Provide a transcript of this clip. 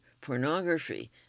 Pornography